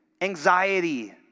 anxiety